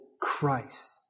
Christ